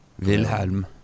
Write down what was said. Wilhelm